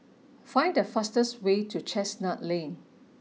find the fastest way to Chestnut Lane